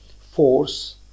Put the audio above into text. Force